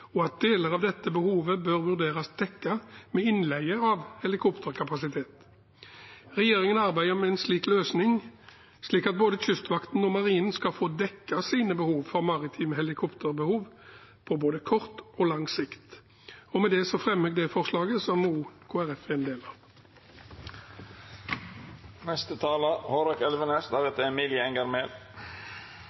og at deler av dette behovet bør vurderes dekket med innleie av helikopterkapasitet. Regjeringen arbeider med en slik løsning, slik at både Kystvakten og Marinen skal få dekket sine behov for maritime helikoptre på både kort og lang sikt. Med det anbefaler jeg komiteens forslag til vedtak, som også Kristelig Folkeparti er en del av.